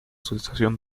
sensación